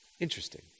Interesting